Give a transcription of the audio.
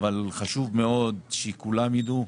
אבל חשוב מאוד שכולם יידעו,